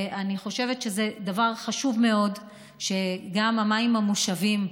אני חושבת שזה דבר חשוב מאוד שהחקלאים יקבלו גם מים מושבים,